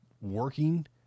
working